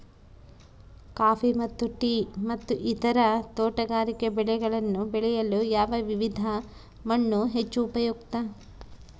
Coffee ಮತ್ತು tea ಮತ್ತು ಇತರ ತೋಟಗಾರಿಕೆ ಬೆಳೆಗಳನ್ನು ಬೆಳೆಯಲು ಯಾವ ವಿಧದ ಮಣ್ಣು ಹೆಚ್ಚು ಉಪಯುಕ್ತ?